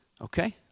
Okay